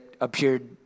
appeared